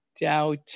doubt